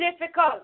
difficult